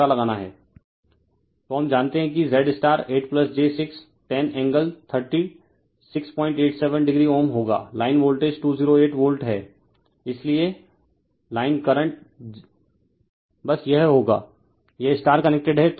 refer slide time 1830 तो हम जानते हैं कि Z star 8 j 6 10 angle thirty 687 oΩ होगा लाइन वोल्टेज 208 वोल्ट है इसलिए लाइन करंट बस यह होगा यह स्टार कनेक्टेड है